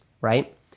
right